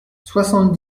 soixante